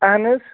اہن حظ